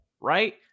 right